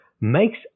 makes